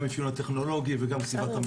גם את האפיון הטכנולוגי וגם את המכרז.